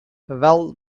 well